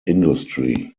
industry